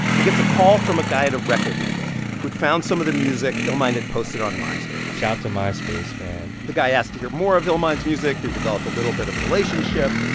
he gets a call from a guy at a record label, who had found some of the music illmind had posted on myspace shoutout to myspace, man the guy asked to hear more of illmind's music, they developed a little bit of a relationship.